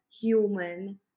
human